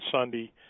sunday